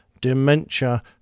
Dementia